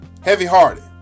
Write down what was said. Heavy-hearted